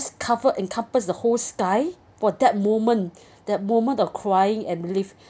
cover and comfort the whole sky for that moment that moment of crying and leave